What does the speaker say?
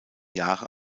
jahre